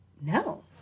No